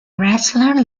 wrestler